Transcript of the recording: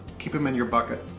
keep them in your bucket.